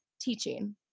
teaching